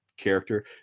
character